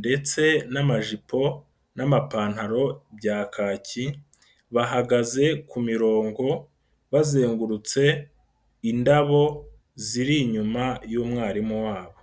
ndetse n'amajipo n'amapantaro bya kaki, bahagaze ku mirongo bazengurutse indabo ziri inyuma y'umwarimu wabo.